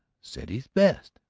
sent his best.